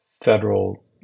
Federal